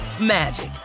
magic